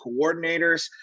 coordinators